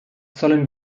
sollen